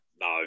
no